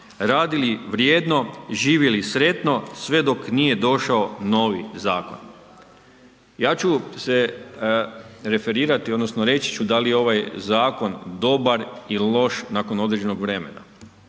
radili vrijedno, živjeli sretno sve dok nije došao novi zakon“. Ja ću se referirati odnosno reći ću da li je ovaj zakon dobar ili loš nakon određenog vremena.